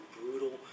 brutal